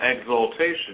exaltation